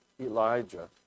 Elijah